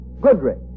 Goodrich